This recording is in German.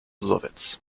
sowjets